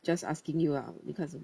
just asking you ah because